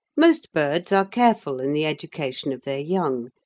most birds are careful in the education of their young,